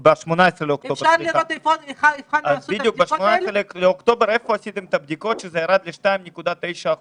איפה עשיתם את הבדיקות ב-18 באוקטובר שזה ירד ל-2.9%?